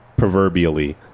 proverbially